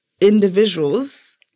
individuals